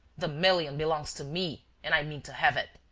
the million belongs to me and i mean to have it!